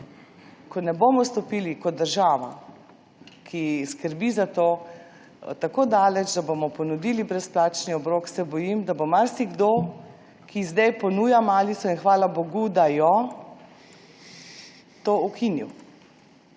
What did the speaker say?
ko ne bomo stopili kot država, ki skrbi za to, tako daleč, da bomo ponudili brezplačni obrok, se bojim, da bo marsikdo, ki zdaj ponuja malico, in hvala bogu, da jo, to ukinil,